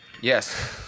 Yes